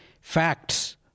facts